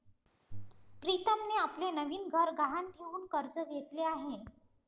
प्रीतमने आपले नवीन घर गहाण ठेवून कर्ज घेतले आहे